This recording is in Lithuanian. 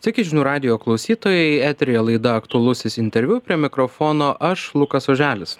sakė žinių radijo klausytojai eteryje laidoje aktualusis interviu prie mikrofono aš lukas oželis